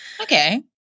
Okay